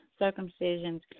circumcisions